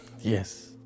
Yes